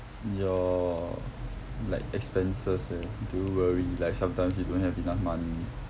your like expenses eh do you worry like sometimes you don't have enough money